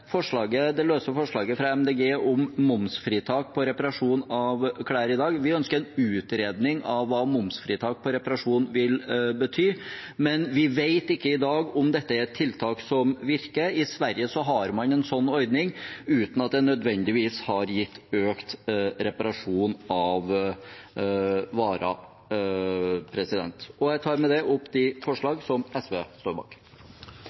det løse forslaget fra MDG om momsfritak på reparasjon av klær. Vi ønsker en utredning av hva momsfritak på reparasjon vil bety – vi vet ikke i dag om dette er et tiltak som virker. I Sverige har man en sånn ordning uten at det nødvendigvis har gitt økt reparasjon av varer. Jeg tar med det opp de forslagene som SV står bak